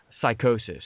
psychosis